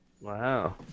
Wow